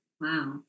Wow